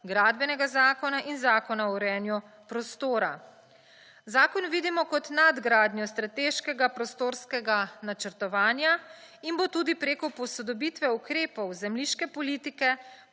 gradbenega zakona in zakona o urejanju prostora. Zakon vidimo kot nadgradnjo strateškega prostorskega načrtovanja in bo tudi preko posodobitve ukrepov zemljiške politike